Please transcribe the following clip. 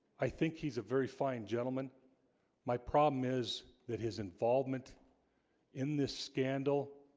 i think he's a very fine gentleman my problem is that his involvement in this scandal